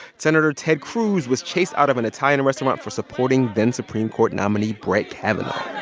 senator ted cruz was chased out of an italian restaurant for supporting then-supreme court nominee brett kavanaugh